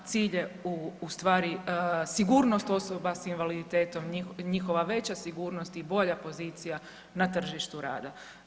Cilj je ustvari sigurnost osoba s invaliditetom, njihova veća sigurnost i bolja pozicija na tržištu rada.